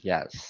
Yes